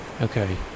Okay